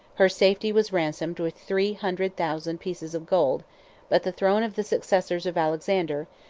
her safety was ransomed with three hundred thousand pieces of gold but the throne of the successors of alexander,